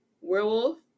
Werewolf